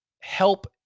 help